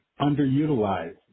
underutilized